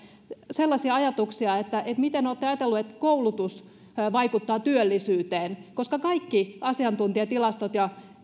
sellaisia ajatuksia että miten olette ajatelleet että koulutus vaikuttaa työllisyyteen koska kaikki asiantuntijatilastot ja